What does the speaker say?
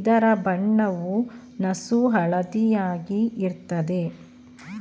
ಇದರ ಬಣ್ಣವು ನಸುಹಳದಿಯಾಗಿ ಇರ್ತದೆ